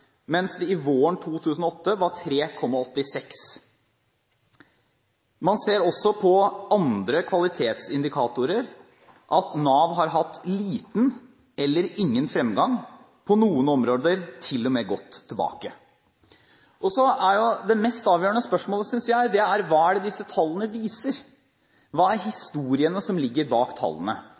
våren 2011 var 3,86. Man ser også på andre kvalitetsindikatorer at Nav har hatt liten eller ingen fremgang – på enkelte områder til og med gått tilbake. Og så er det mest avgjørende spørsmålet, synes jeg: Hva viser disse tallene? Hva er historiene bak tallene? Da må man som